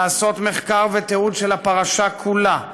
לעשות מחקר ותיעוד של הפרשה כולה,